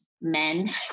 men